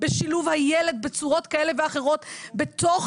בשילוב הילד בצורות כאלה ואחרות בתוך